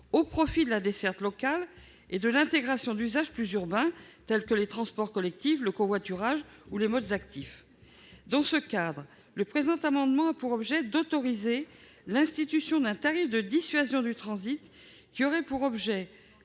au profit de la desserte locale et de l'intégration d'usages plus urbains, comme les transports collectifs, le covoiturage ou les modes actifs. Dans cette perspective, le présent amendement vise à autoriser l'institution d'un tarif de dissuasion du transit. Celui-ci aurait pour objet